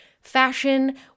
Fashion